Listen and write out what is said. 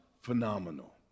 phenomenal